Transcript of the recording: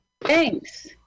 thanks